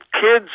kids